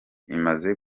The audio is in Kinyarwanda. imaze